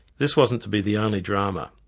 this wasn't to be the only drama.